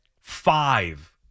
five